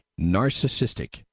narcissistic